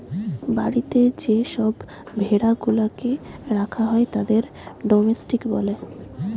বাড়িতে যে সব ভেড়া গুলাকে রাখা হয় তাদের ডোমেস্টিক বলে